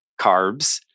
carbs